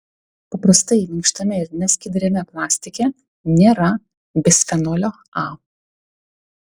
paprastai minkštame ir neskaidriame plastike nėra bisfenolio a